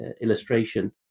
illustration